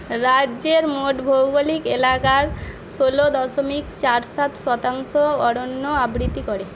রাজ্যের মোট ভৌগোলিক এলাকার ষোলো দশমিক চার সাত শতাংশ অরণ্য আবৃত্তি করে